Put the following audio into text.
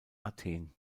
athen